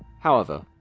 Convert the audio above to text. however,